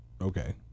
okay